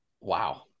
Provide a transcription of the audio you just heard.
wow